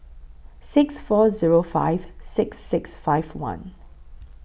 six four Zero five six six five one